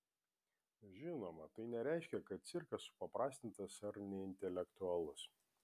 žinoma tai nereiškia kad cirkas supaprastintas ar neintelektualus